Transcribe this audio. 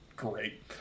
great